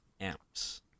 amps